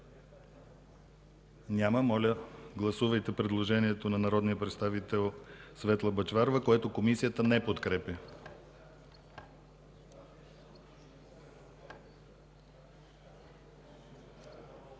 Няма. Моля, гласувайте предложението на народния представител Светла Бъчварова, което Комисията не подкрепя.